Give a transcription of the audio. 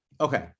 okay